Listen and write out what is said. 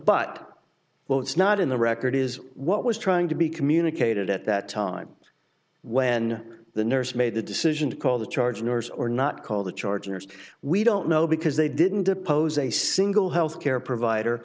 but well it's not in the record is what was trying to be communicated at that time when the nurse made the decision to call the charge nurse or not call the chargers we don't know because they didn't depose a single health care provider